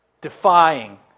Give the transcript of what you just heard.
defying